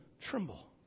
tremble